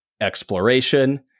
exploration